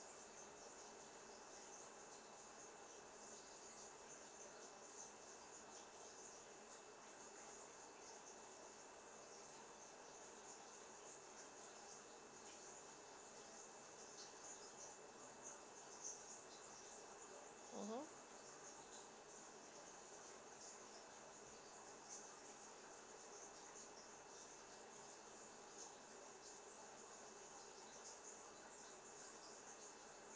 mmhmm